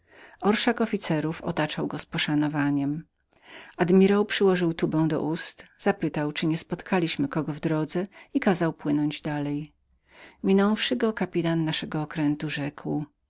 orszak officerów otaczał go z poszanowaniem admirał przyłożył tubę do ust zapytał czyli nie spotkaliśmy kogo w drodze i kazał płynąć dalej minąwszy go kapitan naszego okrętu rzekł